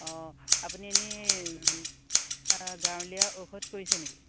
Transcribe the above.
অঁ আপুনি এনেই গাঁৱলীয়া ঔষধ কৰিছে নেকি